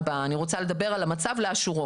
ארבעה חברים אלא אני רוצה לדבר על המצב לאשורו.